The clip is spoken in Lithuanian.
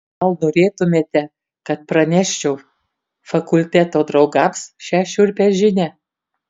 gal norėtumėte kad praneščiau fakulteto draugams šią šiurpią žinią